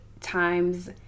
times